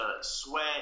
sweat